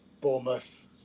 Bournemouth